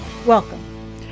Welcome